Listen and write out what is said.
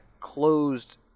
closed